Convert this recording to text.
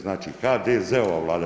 Znači, HDZ-ova Vlada.